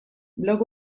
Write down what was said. blog